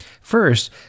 First